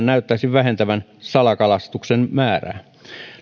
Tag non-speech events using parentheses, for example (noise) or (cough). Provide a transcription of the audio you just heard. (unintelligible) näyttäisi vähentävän salakalastuksen määrää